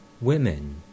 Women